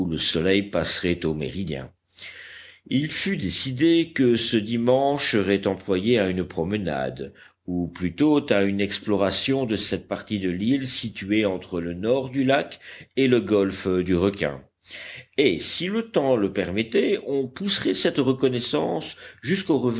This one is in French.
le soleil passerait au méridien il fut décidé que ce dimanche serait employé à une promenade ou plutôt à une exploration de cette partie de l'île située entre le nord du lac et le golfe du requin et si le temps le